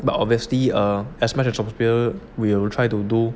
but obviously err as we will try to do